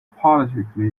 politically